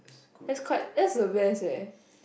that's quite that's the best eh